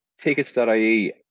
tickets.ie